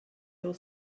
your